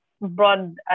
broad